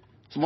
Så da hadde det vært fritt fram for SV og andre partier til å komme med forslag om milliardinvesteringer i statsbudsjettet som vi behandlet senest på mandag, hvis man mente at det fortsatt manglet veldig mange milliarder. Men det har altså opposisjonen ikke gjort. Man